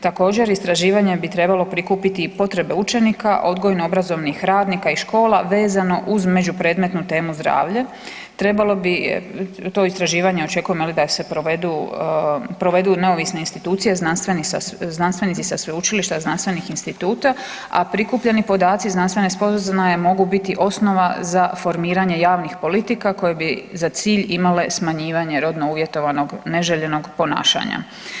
Također istraživanjem bi trebalo prikupiti i potrebe učenika odgojno obrazovnih radnika i škola vezano uz među predmetnu zdravlje, trebalo to istraživanje očekujemo da se provedu neovisne institucije znanstvenici sa sveučilišta znanstvenih instituta, a prikupljeni podaci znanstvene spoznaje mogu biti osnova za formiranje javnih politika koje bi za cilj imale smanjivanje rodno uvjetovanog neželjenog ponašanja.